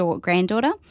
granddaughter